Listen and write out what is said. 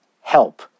help